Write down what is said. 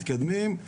מתקדמים,